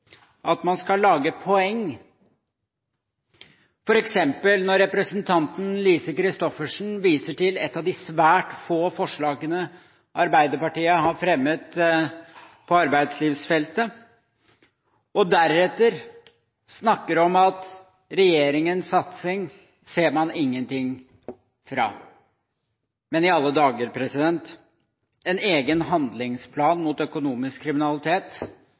at man skal lage poeng, som f.eks. når representanten Lise Christoffersen viser til et av de svært få forslagene Arbeiderpartiet har fremmet på arbeidslivsfeltet, og deretter snakker om at man ser ingenting til regjeringens satsing. Men i alle dager, er en egen handlingsplan mot økonomisk kriminalitet